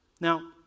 Now